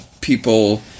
people